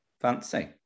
fancy